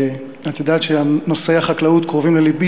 ואת יודעת שנושאי החקלאות קרובים ללבי,